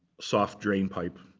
soft drainpipe,